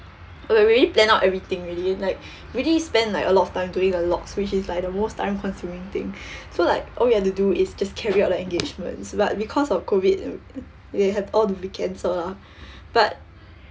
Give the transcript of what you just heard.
like we already planned out everything already like already spent like a lot of time doing the logs which is like the most time consuming thing so like all we had to do is just carry out the engagements but because of COVID they have all have to be cancel lah but